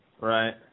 Right